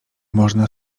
można